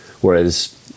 whereas